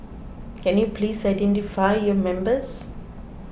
can you please identify your members